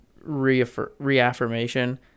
reaffirmation